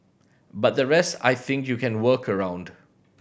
but the rest I think you can work around